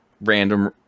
random